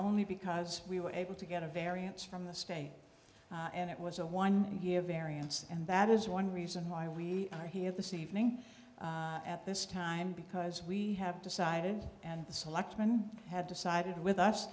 only because we were able to get a variance from the state and it was a one year variance and that is one reason why we are here this evening at this time because we have decided and the selectmen had decided with us